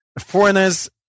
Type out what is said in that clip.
foreigners